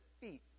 feet